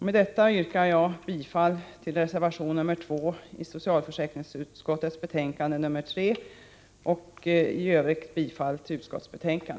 Med detta yrkar jag bifall till reservation 2 i socialförsäkringsutskottets betänkande nr 3 och i övrigt bifall till utskottets hemställan.